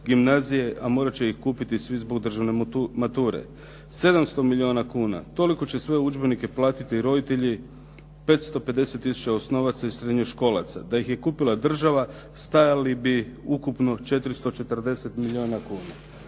gimnazije, a morat će ih kupiti svi zbog državne mature. 700 milijuna kuna, toliko će sve udžbenike platiti roditelji 550 tisuća osnovaca i srednjoškolaca. Da ih je kupila država stajali bi ukupno 440 milijuna kuna.